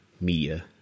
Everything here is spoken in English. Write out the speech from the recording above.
media